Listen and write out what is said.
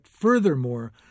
furthermore